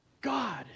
God